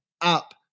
Up